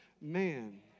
man